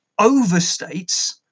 overstates